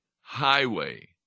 highway